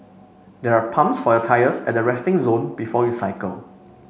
there are pumps for your tyres at the resting zone before you cycle